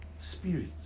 Spirits